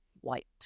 White